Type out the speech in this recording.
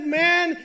man